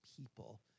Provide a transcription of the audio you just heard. people